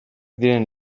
diren